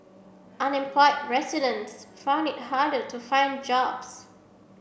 unemployed residents found it harder to find jobs